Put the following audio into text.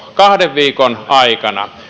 kahden viikon aikana kolmen